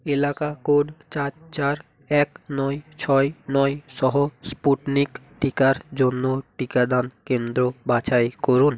এলাকা কোড চার চার এক নয় ছয় নয় সহ স্পুটনিক টিকার জন্য টিকাদান কেন্দ্র বাছাই করুন